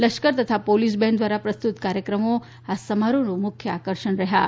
લશ્કર તથા police band દ્વારા પ્રસ્તુત કાર્યક્રમો આ સમારોહનું મુખ્ય આકર્ષણ રહ્યા હતાં